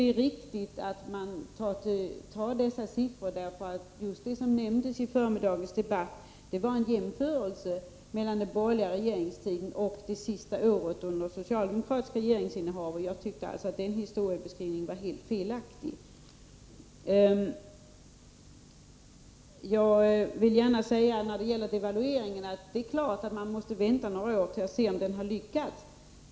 Det är riktigt att ta de aktuella siffrorna. I förmiddagens debatt gjordes jämförelser mellan den borgerliga regeringstiden och det sista året under det socialdemokratiska regeringsinnehavet. Den historieskrivningen var helt felaktig. Det är klart att man måste vänta några år för att se om devalveringen har lyckats.